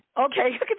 Okay